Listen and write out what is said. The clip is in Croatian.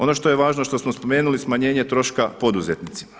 Ono što je važno što smo spomenuli smanjenje troška poduzetnicima.